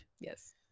yes